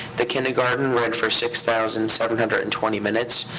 the kindergarten read for six thousand seven hundred and twenty minutes.